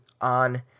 on